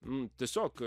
n tiesiog